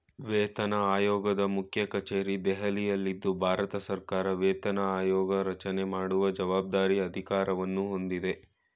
ವೇತನಆಯೋಗದ ಮುಖ್ಯಕಚೇರಿ ದೆಹಲಿಯಲ್ಲಿದ್ದು ಭಾರತಸರ್ಕಾರ ವೇತನ ಆಯೋಗರಚನೆ ಮಾಡುವ ಜವಾಬ್ದಾರಿ ಅಧಿಕಾರವನ್ನು ಹೊಂದಿದೆ